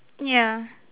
ya